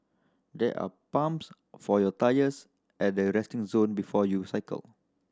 there are pumps for your tyres at the resting zone before you cycle